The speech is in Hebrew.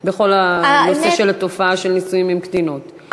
בכל הנושא של התופעה של נישואים עם קטינות.